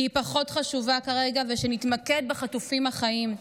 כי היא פחות חשובה כרגע, ושנתמקד בחטופים החיים,